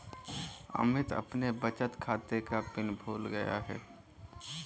अमित अपने बचत खाते का पिन भूल गया है